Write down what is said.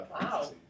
Wow